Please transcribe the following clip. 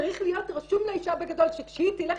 צריך להיות רשום לאישה בגדול שכשהיא תלך